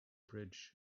bridge